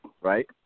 right